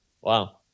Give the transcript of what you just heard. Wow